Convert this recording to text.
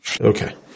Okay